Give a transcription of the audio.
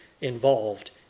involved